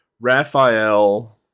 Raphael